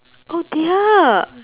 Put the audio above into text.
oh dear